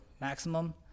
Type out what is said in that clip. maximum